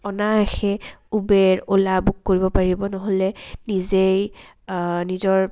অনায়াসে Uber Ola book কৰিব পাৰিব নহ'লে নিজেই নিজৰ